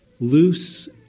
loose